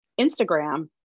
Instagram